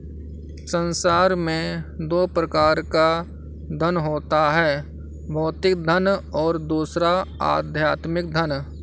संसार में दो प्रकार का धन होता है भौतिक धन और दूसरा आध्यात्मिक धन